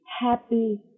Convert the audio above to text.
happy